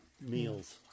meals